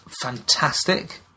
Fantastic